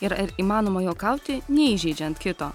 ir ar įmanoma juokauti neįžeidžiant kito